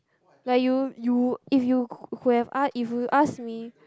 like you you if you could have asked if you ask me